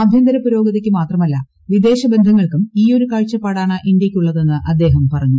ആഭ്യന്തര പുരോഗതിയ്ക്കു മാത്രമല്ല വിദേശ ബന്ധങ്ങൾക്കും ഈയൊരു കാഴ്ചപ്പാടാണ് ഇന്ത്യയ്ക്കുള്ളതെന്ന് അദ്ദേഹം പറഞ്ഞു